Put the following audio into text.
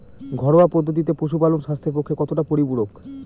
ঘরোয়া পদ্ধতিতে পশুপালন স্বাস্থ্যের পক্ষে কতটা পরিপূরক?